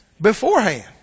beforehand